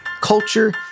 culture